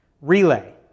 relay